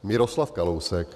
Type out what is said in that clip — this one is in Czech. Miroslav Kalousek .